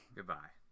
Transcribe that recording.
Goodbye